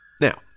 Now